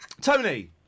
Tony